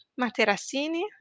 Materassini